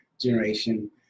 generation